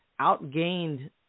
outgained